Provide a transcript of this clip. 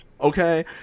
Okay